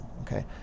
Okay